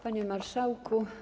Panie Marszałku!